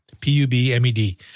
P-U-B-M-E-D